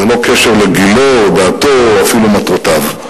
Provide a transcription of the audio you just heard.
ללא קשר לגילו או לדעתו או אפילו למטרותיו.